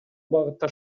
багытта